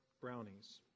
brownies